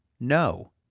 No